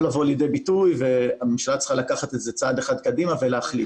לבוא לידי ביטוי והממשלה צריכה לקחת את זה צעד אחד קדימה ולהחליט.